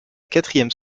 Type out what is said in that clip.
quatrième